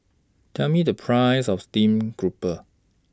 Tell Me The Price of Steamed Grouper